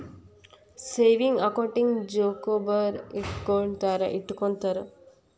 savings ಅಕೌಂಟಿಗೂ chequebook ಇಟ್ಟ್ಕೊತ್ತರ